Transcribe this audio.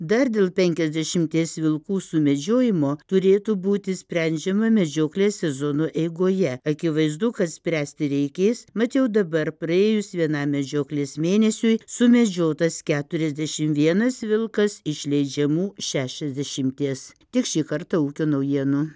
dar dėl penkiasdešimties vilkų sumedžiojimo turėtų būti sprendžiama medžioklės sezono eigoje akivaizdu kad spręsti reikės mat jau dabar praėjus vienam medžioklės mėnesiui sumedžiotas keturiasdešimt vienas vilkas iš leidžiamų šešiasdešimties tik šį kartą ūkio naujienų